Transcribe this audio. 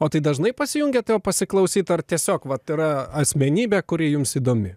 o tai dažnai pasijungiat jo pasiklausyt ar tiesiog vat yra asmenybė kuri jums įdomi